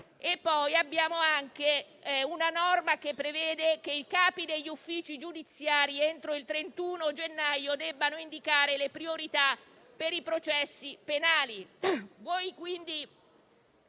Abbiamo anche una norma che prevede che i capi degli uffici giudiziari, entro il 31 gennaio, debbano indicare le priorità per i processi penali.